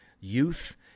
youth